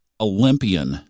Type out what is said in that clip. Olympian